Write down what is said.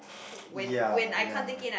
ya ya